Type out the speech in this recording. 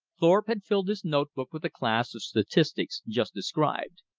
thorpe had filled his note-book with the class of statistics just described.